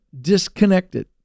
disconnected